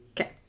Okay